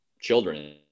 children